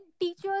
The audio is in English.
teachers